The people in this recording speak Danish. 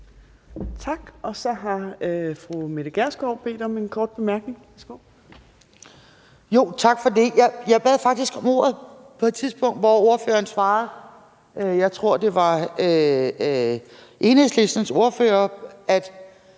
Tak, og så har fru Mette Gjerskov bedt om en kort bemærkning. Værsgo. Kl. 17:38 Mette Gjerskov (S): Tak for det. Jeg bad faktisk om ordet på et tidspunkt, hvor ordføreren svarede, jeg tror, det var Enhedslistens ordfører, at